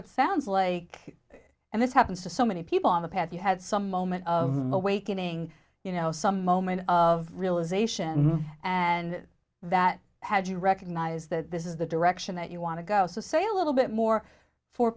it sounds like and this happens to so many people on the path you had some moment of awakening you know some moment of realization and that has you recognize that this is the direction that you want to go say a little bit more for